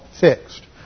fixed